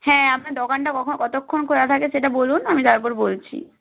হ্যাঁ আপনার দোকানটা কখন কতক্ষণ খোলা থাকে সেটা বলুন আমি তারপর বলছি